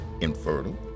infertile